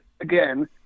again